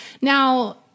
Now